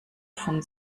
von